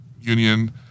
union